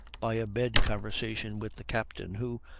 by a bed-conversation with the captain, who,